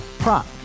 Prop